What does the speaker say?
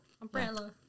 Umbrella